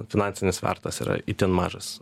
finansinis svertas yra itin mažas